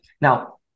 Now